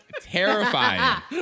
terrifying